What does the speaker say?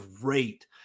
great